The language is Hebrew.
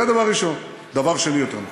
זה דבר ראשון, דבר שני, יותר נכון.